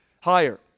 higher